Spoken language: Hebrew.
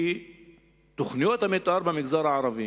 כי בתוכניות המיתאר במגזר הערבי